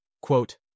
quote